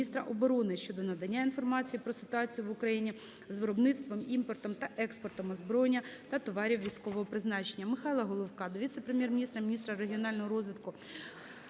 міністра оборони щодо надання інформації про ситуацію в Україні з виробництвом, імпортом та експортом озброєння та товарів військового призначення.